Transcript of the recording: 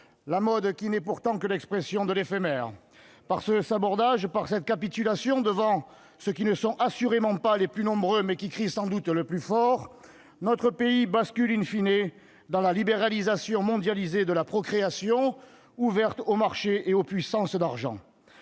la mode, qui n'est pourtant que l'expression de l'éphémère. Par ce sabordage, par cette capitulation devant ceux qui ne sont assurément pas les plus nombreux, mais qui crient sans doute le plus fort, notre pays bascule dans la libéralisation mondialisée de la procréation, ouverte au marché et aux puissances de l'argent.